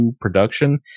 production